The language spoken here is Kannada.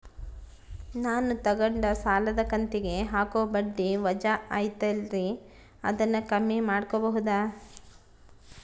ನಾನು ತಗೊಂಡ ಸಾಲದ ಕಂತಿಗೆ ಹಾಕೋ ಬಡ್ಡಿ ವಜಾ ಐತಲ್ರಿ ಅದನ್ನ ಕಮ್ಮಿ ಮಾಡಕೋಬಹುದಾ?